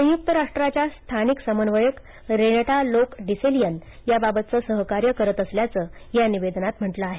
संयुक्त राष्ट्राच्या स्थानिक समन्वयक रेनटा लोक डिसेलिअन याबाबतचं सहकार्य करत असल्याचं या निवेदनांत म्हटलं आहे